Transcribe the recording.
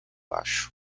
acho